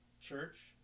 church